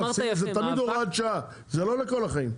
זה תמיד הוראת שעה, זה לא לכל החיים.